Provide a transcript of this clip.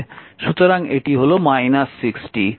সুতরাং এটি হল 60